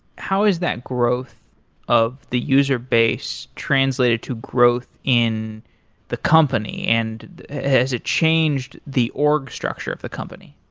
how is that growth of the user base translated to growth in the company? and has it changed the org structure of the company?